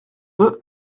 veux